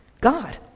God